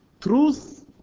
Truth